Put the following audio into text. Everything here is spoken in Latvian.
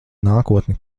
nākotni